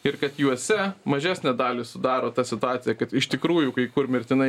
ir kad juose mažesnę dalį sudaro ta situacija kad iš tikrųjų kai kur mirtinai